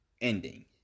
ending